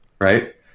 right